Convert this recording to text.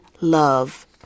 love